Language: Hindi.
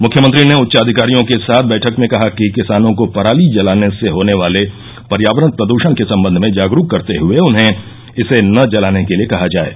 मुख्यमंत्री ने उच्च अधिकारियों के साथ बैठक में कहा कि किसानों को पराली जलाने से होने वाले पर्यावरण प्रदृषण के संबंध में जागरूक करते हये उन्हें इसे न जलाने के लिए कहा जाये